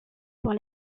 pour